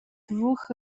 dwóch